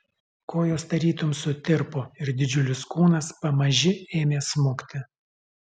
kojos tarytum sutirpo ir didžiulis kūnas pamaži ėmė smukti